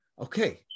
okay